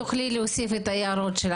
תוכלי להוסיף את הערותיך.